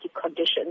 conditions